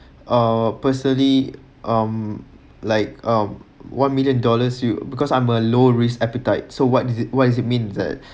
uh personally um like um one million dollars you because I'm a low risk appetite so what is it what is it means that